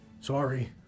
Sorry